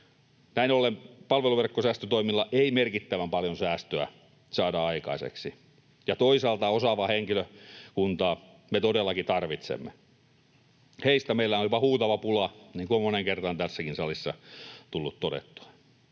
Näin ollen palveluverkkosäästötoimilla ei merkittävän paljon säästöä saada aikaiseksi. Ja toisaalta osaavaa henkilökuntaa me todellakin tarvitsemme. Heistä meillä on jopa huutava pula, niin kuin on moneen kertaan tässäkin salissa tullut todettua.